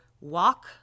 walk